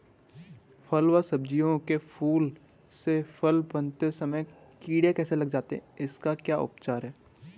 फ़ल व सब्जियों के फूल से फल बनते समय कीड़े कैसे लग जाते हैं इसका क्या उपचार है?